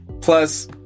Plus